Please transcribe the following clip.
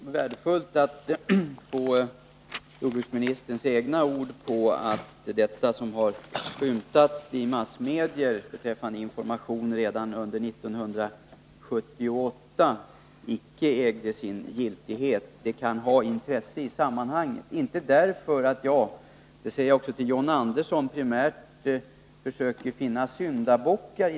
Herr talman! Jag tycker att det är värdefullt att få jordbruksministerns egna ord på att vad som skymtat i massmedier om information redan 1978 icke äger sin giltighet. Detta kan vara av intresse i sammanhanget, inte därför att jag — och det säger jag också till John Andersson — primärt försöker finna syndabocker.